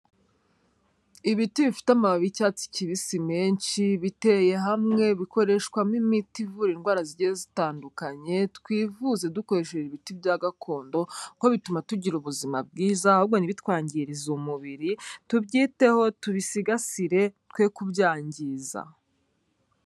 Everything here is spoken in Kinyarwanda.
Ibiti bifite amababi y'icyatsi kibisi menshi, biteye hamwe, bikoreshwamo imiti ivura indwara zigiye zitandukanye, twivuze dukoresheje ibiti bya gakondo, kuko bituma tugira ubuzima bwiza, ahubwo ntibitwangiririze umubiri, tubyiteho, tubisigasire twe kubyangiza.